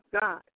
God